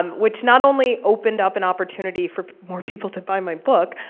um which not only opened up an opportunity for more people to buy my book,